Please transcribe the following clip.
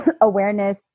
awareness